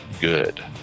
good